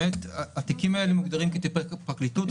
התיקים האלה מוגדרים כתיקי פרקליטות.